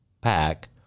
pack